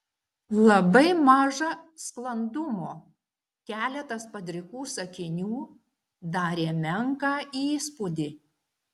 labai maža sklandumo keletas padrikų sakinių darė menką įspūdį